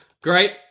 Great